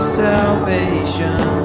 salvation